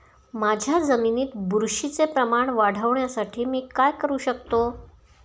माझ्या जमिनीत बुरशीचे प्रमाण वाढवण्यासाठी मी काय करू शकतो?